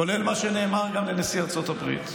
כולל מה שנאמר גם לנשיא ארצות הברית,